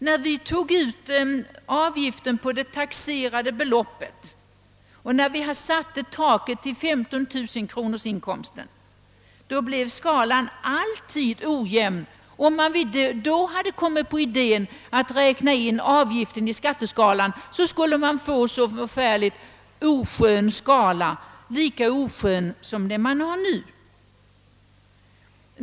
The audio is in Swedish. När avgiften togs ut på det taxerade beloppet och när taket sattes vid en inkomst av 15 000 kronor blev skalan alltid ojämn. Hade man då kommit på idén att räkna in avgiften i skatteskalan skulle vi även då fått en oskön skatteskala, lika oskön som den vi nu har.